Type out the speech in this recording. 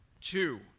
Two